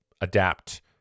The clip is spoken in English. adapt